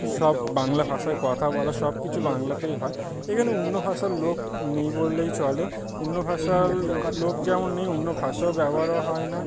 সব বাংলা ভাষায় কথা বলা সব কিছু বাংলাতেই হয় এখানে অন্য ভাষার লোক নেই বললেই চলে অন্য ভাষার লোক যেমন নেই অন্য ভাষাও ব্যবহারও হয় না